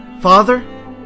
father